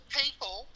people